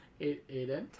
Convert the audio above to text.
Aiden